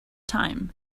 time